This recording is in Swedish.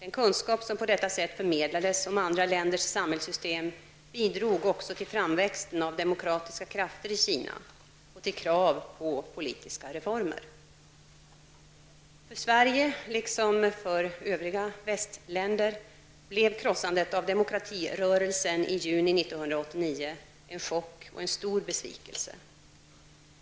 Den kunskap som på detta sätt förmedlades om andra länders samhällssystem bidrog också till framväxten av demokratiska krafter i Kina och till krav på politiska reformer. För Sverige, liksom för övriga västländer, blev krossandet av demokratirörelsen i juni 1989 en chock och en stor besvikelse.